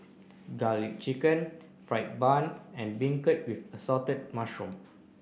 garlic chicken fried bun and beancurd with assorted mushroom